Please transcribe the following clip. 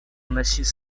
вносить